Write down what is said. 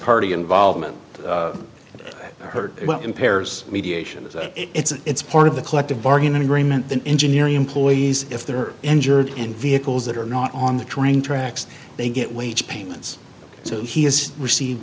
party involvement heard impairs mediation if it's part of the collective bargaining agreement then engineering employees if there are injured and vehicles that are not on the train tracks they get wage payments so he has received